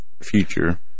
future